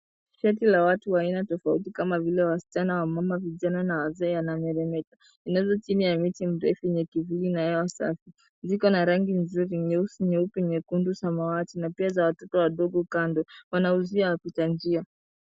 Shati la watu aina tofauti kama vile wasichana, wamama, vijana na wazee yanameremeta. Inauzwa chini ya mti mrefu yenye kivuli na hewa safi. Ziko na rangi nzuri nyeusi nyeupe, nyekundu, samawati na pia za watoto wadogo kando. Wanawauzia wapita njia.